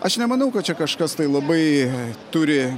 aš nemanau kad čia kažkas tai labai turi